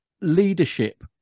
leadership